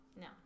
No